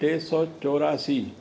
टे सौ चौरासी